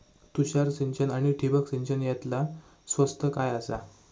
तुषार सिंचन आनी ठिबक सिंचन यातला स्वस्त काय आसा?